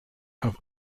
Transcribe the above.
have